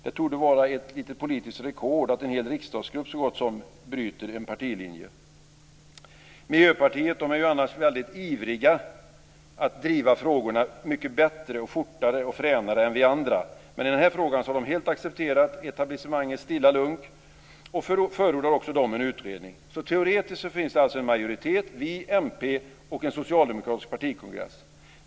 Det torde vara ett politiskt rekord att så gott som en hel riksdagsgrupp bryter en partilinje. Miljöpartisterna är annars väldigt ivriga att driva frågorna mycket bättre, fortare och fränare än vi andra, men i den här frågan har de helt accepterat etablissemangets stilla lunk och förordar också de en utredning. Teoretiskt finns det alltså en majoritet - v, mp och en socialdemokratisk partikongress.